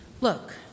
Look